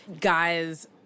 guys